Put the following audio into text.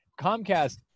Comcast